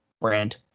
brand